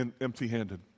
empty-handed